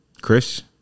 Chris